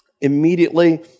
Immediately